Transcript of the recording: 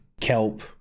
kelp